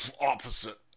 opposite